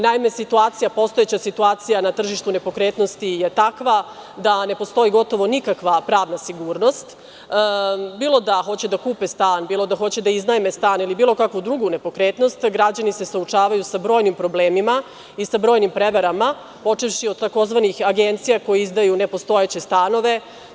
Naime, postojeća situacija na tržištu nepokretnosti je takva da ne postoji gotovo nikakva pravna sigurnost, bilo da hoće da kupe stan, bilo da hoće da iznajme stan ili bilo kakvu drugu nepokretnost, građani se suočavaju sa brojnim problemima i sa brojnim prevarama, počevši od tzv. agencija koje izdaju nepostojeće stanove.